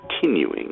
continuing